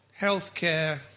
healthcare